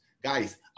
Guys